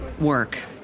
work